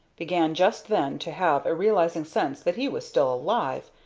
began just then to have a realizing sense that he was still alive,